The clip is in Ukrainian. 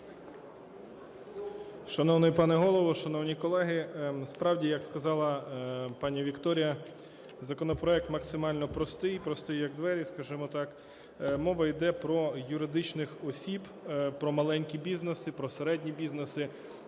Шановний пане Голово, шановні колеги! Справді, як сказала пані Вікторія, законопроект максимально простий, простий, як двері, скажімо так. Мова йде про юридичних осіб, про маленькі бізнеси, про середні бізнеси,